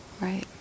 right